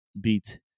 beat